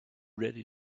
ready